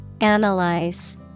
Analyze